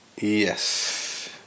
Yes